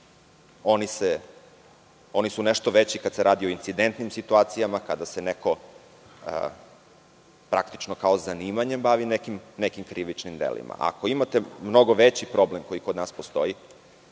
Oni su nešto veći kada se radi o incidentnim situacijama, kada se neko praktično kao zanimanjem bavi nekim krivičnim delima. Ako imate mnogo veći problem koji kod nas postoji,